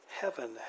Heaven